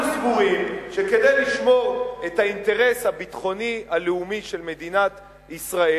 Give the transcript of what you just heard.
אנחנו סבורים שכדי לשמור את האינטרס הביטחוני הלאומי של מדינת ישראל,